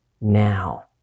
now